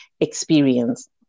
experience